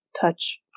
touch